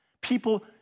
People